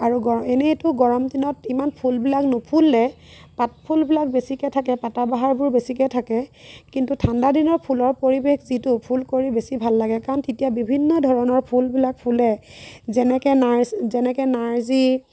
আৰু গৰ এনেইতো গৰম দিনত ইমান ফুলবিলাক নুফুলে পাত ফুলবিলাক বেছিকৈ থাকে পাতাবাহাৰবোৰ বেছিকৈ থাকে কিন্তু ঠাণ্ডা দিনৰ ফুলৰ পৰিৱেশ যিটো ফুল কৰি বেছি ভাল লাগে কাৰণ তেতিয়া বিভিন্ন ধৰণৰ ফুলবিলাক ফুলে যেনেকৈ নাৰ যেনেকৈ নাৰ্জী